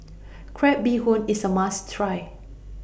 Crab Bee Hoon IS A must Try